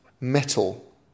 metal